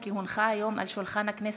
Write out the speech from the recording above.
כי הונחה היום על שולחן הכנסת,